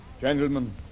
Gentlemen